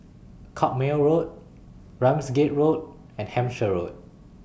Carpmael Road Ramsgate Road and Hampshire Road